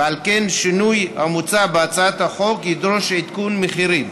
ועל כן שינוי כמוצע בהצעת החוק ידרוש עדכון מחירים.